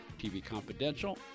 tvconfidential